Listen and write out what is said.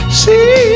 see